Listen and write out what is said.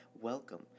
welcome